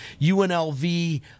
UNLV